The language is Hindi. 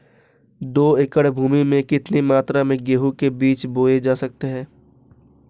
दो एकड़ भूमि में कितनी मात्रा में गेहूँ के बीज बोये जा सकते हैं?